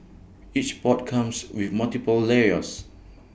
each pot comes with multiple layers